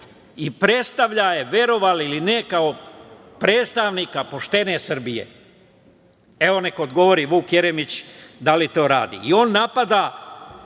i predstavlja je verovali ili ne, kao predstavnika poštene Srbije. Evo neka odgovori Vuk Jeremić da li to radi.I on napada